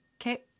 okay